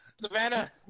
Savannah